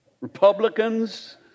Republicans